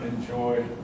enjoy